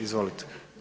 Izvolite.